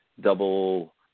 double